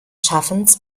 schaffens